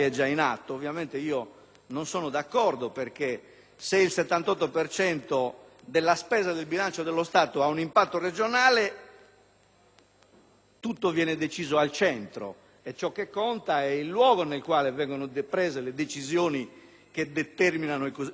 non sono d'accordo, perché se il 78 per cento della spesa del bilancio dello Stato ha un impatto regionale, tutto viene deciso al centro e ciò che conta è il luogo nel quale vengono prese le decisioni che determinano la cosiddetta spesa.